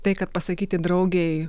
tai kad pasakyti draugei